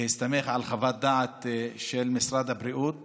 בהסתמך על חוות דעת של משרד הבריאות,